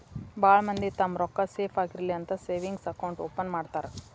ಭಾಳ್ ಮಂದಿ ತಮ್ಮ್ ರೊಕ್ಕಾ ಸೇಫ್ ಆಗಿರ್ಲಿ ಅಂತ ಸೇವಿಂಗ್ಸ್ ಅಕೌಂಟ್ ಓಪನ್ ಮಾಡ್ತಾರಾ